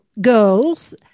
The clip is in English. girls